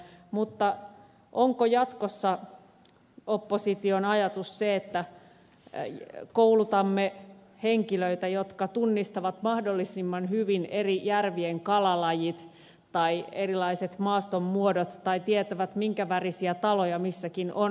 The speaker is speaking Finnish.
mutta onko opposition ajatus jatkossa se että koulutamme henkilöitä jotka tunnistavat mahdollisimman hyvin eri järvien kalalajit tai erilaiset maaston muodot tai tietävät mikä värisiä taloja missäkin on